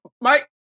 Mike